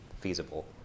feasible